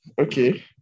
Okay